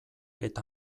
eta